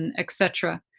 and et cetera.